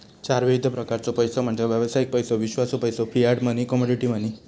चार विविध प्रकारचो पैसो म्हणजे व्यावसायिक पैसो, विश्वासू पैसो, फियाट मनी, कमोडिटी मनी